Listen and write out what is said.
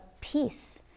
peace